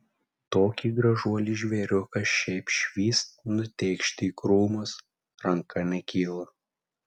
tokį gražuolį žvėriuką šiaip švyst nutėkšti į krūmus ranka nekyla